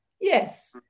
yes